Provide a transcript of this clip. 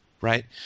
right